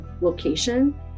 location